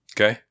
Okay